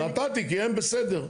נתתי כי הם בסדר.